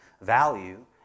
value